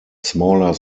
smaller